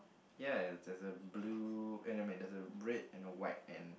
ya there's a blue eh no I mean there's a red and a white ant